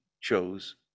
chose